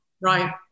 right